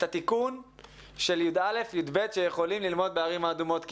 התיקון של י"א-י"ב שיכולים ללמוד בערים האדומות.